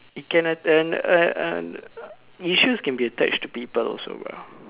it can uh issues can be attached to people always [what]